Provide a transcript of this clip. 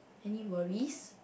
any worries